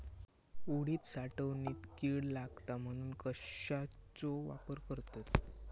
उडीद साठवणीत कीड लागात म्हणून कश्याचो वापर करतत?